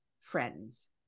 friends